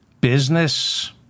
business